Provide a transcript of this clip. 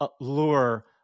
lure